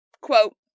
quote